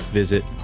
visit